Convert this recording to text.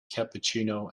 cappuccino